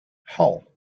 hull